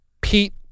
Pete